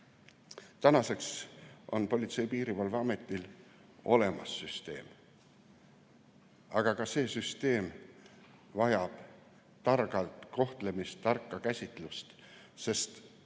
aega. Tänaseks on Politsei‑ ja Piirivalveametil olemas süsteem. Aga ka see süsteem vajab targalt kohtlemist, tarka käsitlust, sest